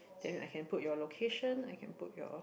then I can put your location I can put your